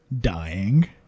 Dying